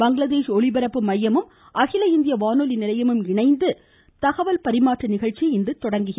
பங்களாதேஷ் ஒலிபரப்பு மையமும் அகில இந்திய வானொலி நிலையமும் இணைந்து தகவல் பரிமாற்ற நிகழ்ச்சியை இன்று தொடங்கின